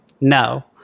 No